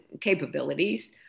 capabilities